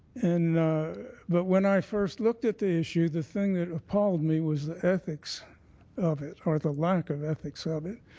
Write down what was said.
and but when i first looked at the issue, the thing that appalled me was the ethics of it or the lack of ethics of it.